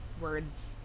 words